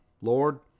Lord